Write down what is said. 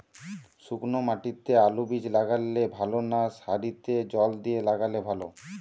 শুক্নো মাটিতে আলুবীজ লাগালে ভালো না সারিতে জল দিয়ে লাগালে ভালো?